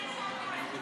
כן?